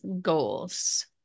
goals